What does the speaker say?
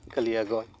Kaliaganj